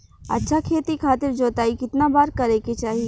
अच्छा खेती खातिर जोताई कितना बार करे के चाही?